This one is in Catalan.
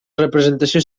representació